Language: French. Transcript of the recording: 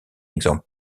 exemple